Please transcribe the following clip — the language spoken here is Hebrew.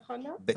בתקציבים,